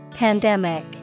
Pandemic